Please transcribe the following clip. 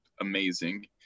amazing